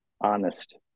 honest